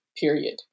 period